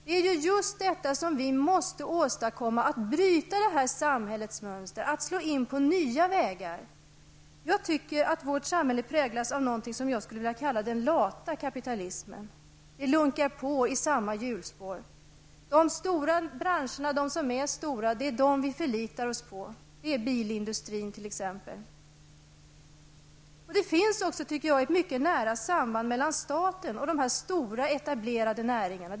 Det vi måste åstadkomma är ju just att bryta det här samhällets mönster, att slå in på nya vägar. Jag tycker att vårt samhälle präglas av någonting som jag skulle vilja kalla för den lata kapitalismen. Det lunkar på i samma hjulspår. Det är de branscher som är stora som vi förlitar oss på, bilindustrin t.ex. Det finns också, tycker jag, ett mycket nära samarbete mellan staten och de stora etablerade näringarna.